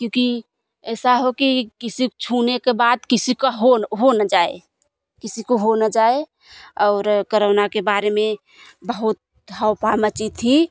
क्योंकि ऐसा हो कि किसी को छूने के बाद किसी का हो हो ना जाए किसी को हो ना जाए और कोरोना के बारे में बहुत अपवाह मची थी